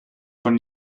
von